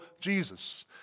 Jesus